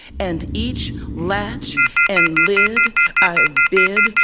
and each latch and lid i bid,